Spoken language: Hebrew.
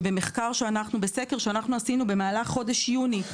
בסקר שעשינו במהלך חודש יוני: